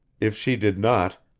if she did not,